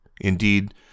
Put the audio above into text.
Indeed